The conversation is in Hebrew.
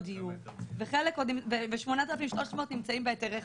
דיור ו-8,300 נמצאים בהיתרי חפירה.